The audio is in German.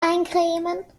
eincremen